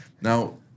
Now